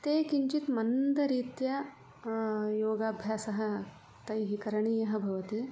ते किञ्चित् मन्दरीत्या योगाभ्यासः तैः करणीयः भवति